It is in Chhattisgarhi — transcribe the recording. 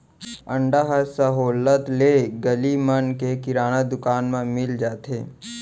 अंडा ह सहोल्लत ले गली मन के किराना दुकान म मिल जाथे